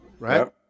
right